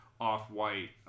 off-white